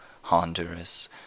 Honduras